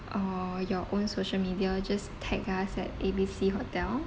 uh your own social media just tag us at A B C hotel